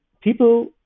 people